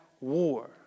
war